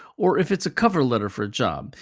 or if it's a cover letter for a job,